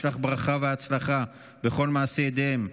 וישלח ברכה והצלחה בכל מעשה ידיהם.